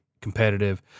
competitive